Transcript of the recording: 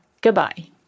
Goodbye